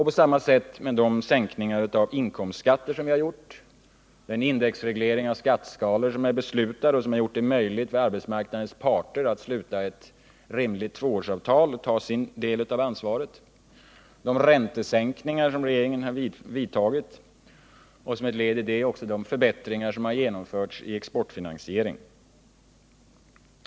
På samma sätt är det med de sänkningar av inkomstskatter som vi har gjort, den indexreglering av skatteskalor som är beslutad och som har gjort det möjligt för arbetsmarknadens parter att sluta ett rimligt tvåårsavtal och ta sin del av ansvaret, de räntesänkningar som regeringen har vidtagit och som ett led häri också de förbättringar som har genomförts i exportfinansiering.